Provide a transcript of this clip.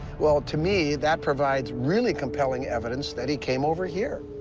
well, to me, that provides really compelling evidence that he came over here.